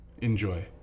Enjoy